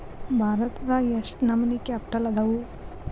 ಭಾರತದಾಗ ಯೆಷ್ಟ್ ನಮನಿ ಕ್ಯಾಪಿಟಲ್ ಅದಾವು?